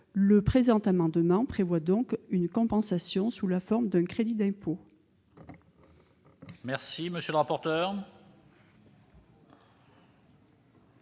Le présent amendement prévoit donc une compensation sous la forme d'un crédit d'impôt.